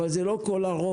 אבל זה לא כל הרובד.